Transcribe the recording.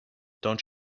don’t